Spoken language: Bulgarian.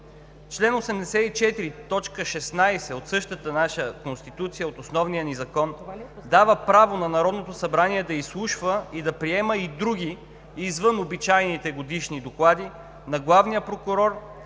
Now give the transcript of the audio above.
Член 84, т. 16 от същата наша Конституция, от основния ни закон, дава право на Народното събрание да изслушва и да приема и други, извън обичайните годишни доклади, на главния прокурор